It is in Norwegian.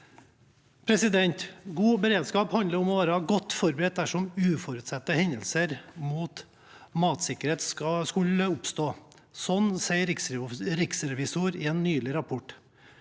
bl.a. «God beredskap handler om å være godt forberedt dersom uforutsette hendelser mot matsikkerheten skul le oppstå», skriver Riksrevisjonen i en nylig rapport.